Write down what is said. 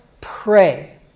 pray